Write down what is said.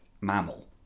mammal